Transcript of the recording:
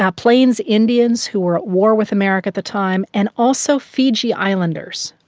ah plains indians who were at war with america at the time and also fiji islanders,